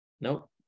Nope